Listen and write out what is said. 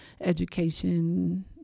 education